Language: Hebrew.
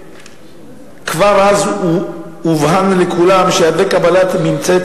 וכבר אז הובהר לכולם שללא קבלת ממצאי